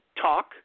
Talk